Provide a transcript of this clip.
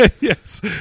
Yes